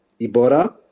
Ibora